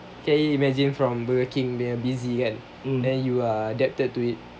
can you imagine from burger king they're busy right then you are adapted to it